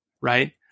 right